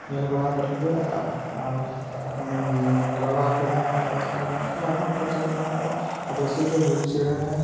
ᱧᱮᱞ ᱵᱟᱲᱟᱣ ᱟᱠᱟᱫ ᱠᱚᱜᱮᱭᱟ ᱟᱨ ᱜᱷᱟᱲᱣᱟ ᱠᱚᱦᱚᱸ ᱟᱞᱮ ᱚᱲᱟᱜ ᱠᱚᱨᱮ ᱢᱮᱱᱟᱜ ᱠᱚᱣᱟ ᱟᱭᱢᱟ ᱚᱱᱠᱟᱱ ᱪᱮᱬᱮ ᱠᱚ ᱢᱮᱱᱟᱜ ᱠᱚᱣᱟ ᱟᱫᱚ ᱟᱹᱥᱩᱞ ᱫᱚ ᱢᱤᱨᱩ ᱪᱮᱬᱮ